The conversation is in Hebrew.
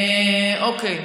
אוקיי.